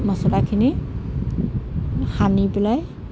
মচলাখিনি সানি পেলাই